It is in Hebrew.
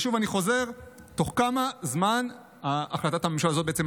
שוב, אני חוזר: בתוך כמה זמן החלטת הממשלה תובא?